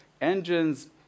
engines